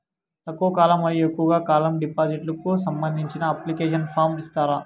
తక్కువ కాలం మరియు ఎక్కువగా కాలం డిపాజిట్లు కు సంబంధించిన అప్లికేషన్ ఫార్మ్ ఇస్తారా?